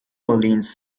orleans